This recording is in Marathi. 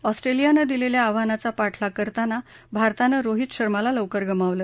ऑस्ट्रेलियान दिलेल्या आव्हानाचा पाठलाग करताना भारतानं रोहित शर्माला लवकर गमावलं